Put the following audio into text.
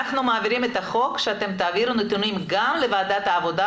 אנחנו מעבירים את החוק ואתם תעבירו נתונים גם לוועדת העבודה,